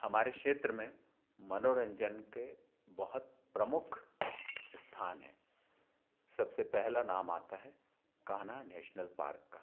हमारे क्षेत्र में मनोरंजन के बहुत प्रमुख स्थान हैं सबसे पहला नाम आता है कान्हा नेशनल पार्क का